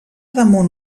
damunt